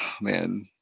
man